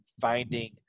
finding